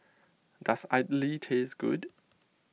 does Idly taste good